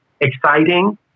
exciting